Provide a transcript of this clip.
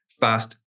fast